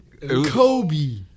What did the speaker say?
Kobe